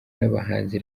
n’abahanzi